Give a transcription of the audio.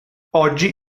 oggi